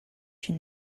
you